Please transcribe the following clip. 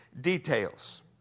details